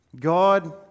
God